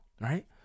right